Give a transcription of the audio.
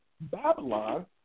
Babylon –